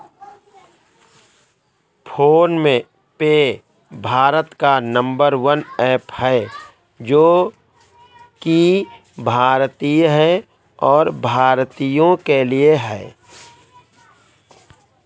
phone पे भारत का number one app है जो की भारतीय है और भारतीयों के लिए है